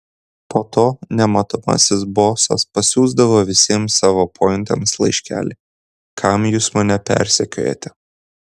po to nematomasis bosas pasiųsdavo visiems savo pointams laiškelį kam jūs mane persekiojate